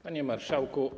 Panie Marszałku!